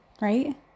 right